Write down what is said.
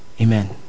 Amen